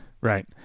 Right